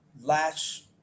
latch